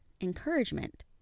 encouragement